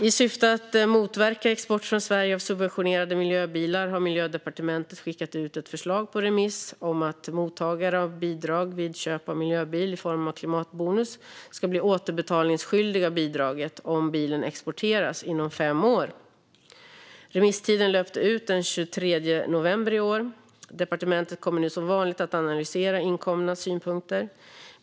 I syfte att motverka export från Sverige av subventionerade miljöbilar har Miljödepartementet skickat ut ett förslag på remiss om att mottagare av bidrag vid köp av miljöbil, i form av klimatbonus, ska bli återbetalningsskyldig av bidraget om bilen exporteras inom fem år. Remisstiden löpte ut den 23 november i år. Departementet kommer nu som vanligt att analysera inkomna synpunkter.